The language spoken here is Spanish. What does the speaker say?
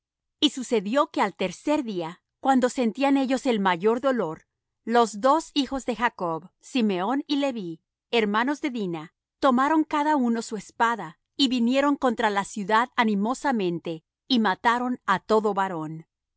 y sucedió que al tercer día cuando sentían ellos el mayor dolor los dos hijos de jacob simeón y leví hermanos de dina tomaron cada uno su espada y vinieron contra la ciudad animosamente y mataron á todo varón